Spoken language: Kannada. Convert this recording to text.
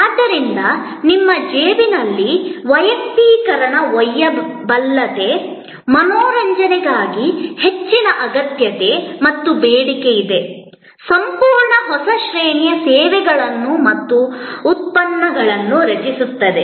ಆದ್ದರಿಂದ ನಿಮ್ಮ ಜೇಬಿನಲ್ಲಿ ವೈಯಕ್ತೀಕರಣ ಒಯ್ಯಬಲ್ಲತೆ ಮನರಂಜನೆಗಾಗಿ ಹೆಚ್ಚಿನ ಅಗತ್ಯತೆ ಮತ್ತು ಬೇಡಿಕೆ ಇದೆ ಇದು ಸಂಪೂರ್ಣ ಹೊಸ ಶ್ರೇಣಿಯ ಸೇವೆಗಳನ್ನು ಮತ್ತು ಉತ್ಪನ್ನಗಳನ್ನು ರಚಿಸುತ್ತದೆ